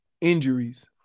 injuries